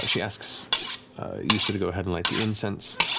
ah she asks yussa to go ahead and light the incense.